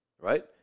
right